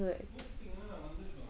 childhood